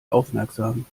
aufmerksam